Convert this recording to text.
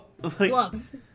gloves